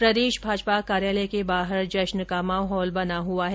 प्रदेश भाजपा कार्यालय के बाहर जश्न का माहौल बना हुआ है